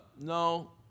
no